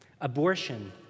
Abortion